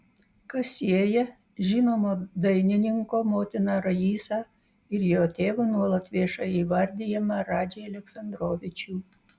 kas sieja žinomo dainininko motiną raisą ir jo tėvu nuolat viešai įvardijamą radžį aleksandrovičių